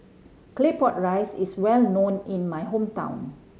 Claypot Rice is well known in my hometown